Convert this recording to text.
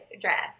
dress